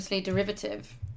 derivative